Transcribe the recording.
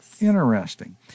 Interesting